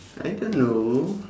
I don't know